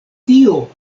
tio